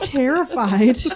terrified